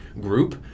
group